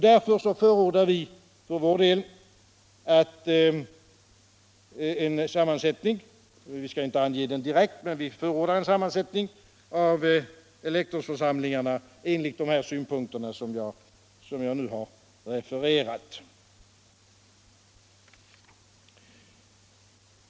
Därför förordar vi för vår del en sammansättning av elektorsförsamlingarna enligt de synpunkter jag nu refererat.